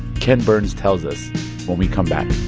ken burns tells us when we come back